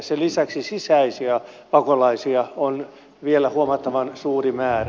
sen lisäksi sisäisiä pakolaisia on vielä huomattavan suuri määrä